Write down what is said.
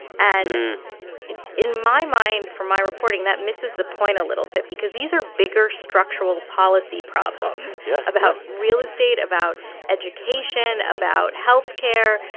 and in my mind, from my reporting, that misses the point a little bit because these are bigger, structural policy problems. yeah, yeah. about real estate, about education, about health care,